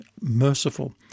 merciful